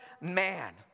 man